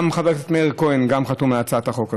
גם חבר הכנסת מאיר כהן חתום על הצעת החוק הזאת.